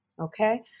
okay